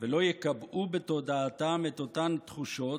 ולא יקבעו בתודעתם את אותן תחושות,